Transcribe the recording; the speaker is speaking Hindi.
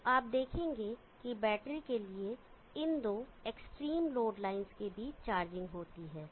तो आप देखेंगे कि बैटरी के लिए इन दो एक्सट्रीम लोड लाइनों के बीच चार्जिंग होती है